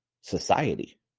society